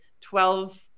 twelve